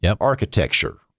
architecture